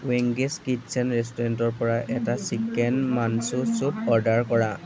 Wengs Kitchen ৰেষ্টুৰেণ্টৰ পৰা এটা চিকেন মানঞ্চো চুপ অৰ্ডাৰ কৰা